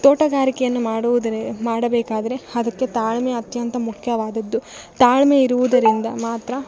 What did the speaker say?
ತೋಟಗಾರಿಕೆಯನ್ನು ಮಾಡಿದ್ರೆ ಮಾಡಬೇಕಾದರೆ ಅದಕ್ಕೆ ತಾಳ್ಮೆ ಅತ್ಯಂತ ಮುಖ್ಯವಾದದ್ದು ತಾಳ್ಮೆ ಇರುವುದರಿಂದ ಮಾತ್ರ